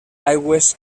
aigües